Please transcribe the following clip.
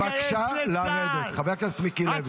בבקשה לרדת, חבר הכנסת מיקי לוי.